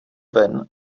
ven